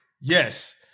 yes